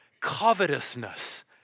covetousness